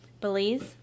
Belize